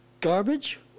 garbage